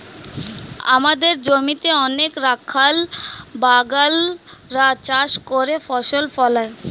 আমাদের জমিতে অনেক রাখাল বাগাল রা চাষ করে ফসল ফলায়